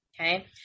Okay